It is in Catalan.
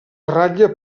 ratlla